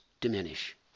diminish